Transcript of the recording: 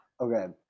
Okay